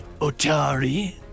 Otari